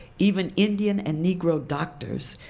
even indian and negro doctors,